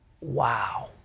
Wow